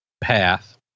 path